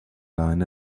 line